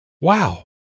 Wow